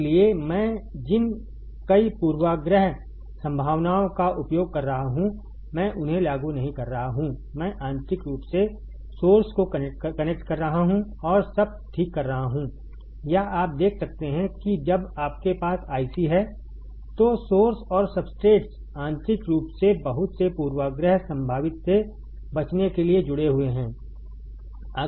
इसलिए मैं जिन कई पूर्वाग्रह संभावनाओं का उपयोग कर रहा हूं मैं उन्हें लागू नहीं कर रहा हूं मैं आंतरिक रूप से सोर्स को कनेक्ट कर रहा हूं और सब ठीक कर रहा हूं या आप देख सकते हैं कि जब आपके पास IC है तो सोर्स और सबस्ट्रेट्स आंतरिक रूप से बहुत से पूर्वाग्रह संभावित से बचने के लिए जुड़े हुए हैं